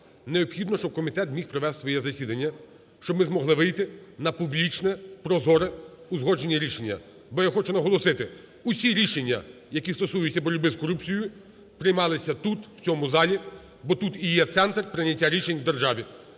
необхідно, щоб комітет міг провести своє засідання, щоб ми змогли вийти на публічне, прозоре, узгоджене рішення. Бо, я хочу наголосити, усі рішення, які стосуються боротьби з корупцією, приймалися тут, в цьому залі, бо тут і є центр прийняття рішень в державі.